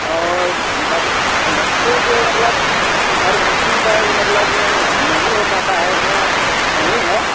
और ब बच्चे जो मतलब हर घंटी पर मतलब नहीं हो पाता है अपना नहीं है